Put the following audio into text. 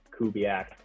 Kubiak